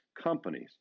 companies